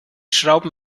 schrauben